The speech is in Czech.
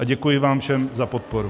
A děkuji vám všem za podporu.